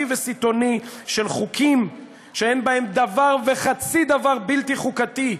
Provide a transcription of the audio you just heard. וסיטוני של חוקים שאין בהם דבר וחצי דבר בלתי חוקתי.